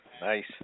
Nice